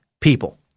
people